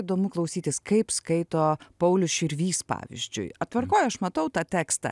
įdomu klausytis kaip skaito paulius širvys pavyzdžiui tvarkoj aš matau tą tekstą